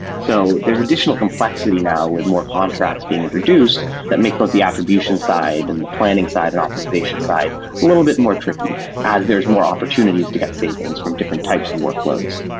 so there's additional complexity now with more contracts being introduced that make both the attribution side and the planning side and optimization side a little bit more tricky as there's more opportunities to get savings from different types of workloads